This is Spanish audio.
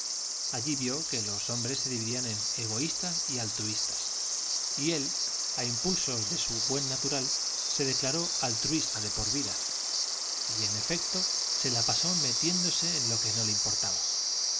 allí vio que los hombres se dividían en egoístas y altruistas y él a impulsos de su buen natural se declaró altruista de por vida y en efecto se la pasó metiéndose en lo que no le importaba